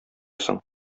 соң